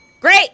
Great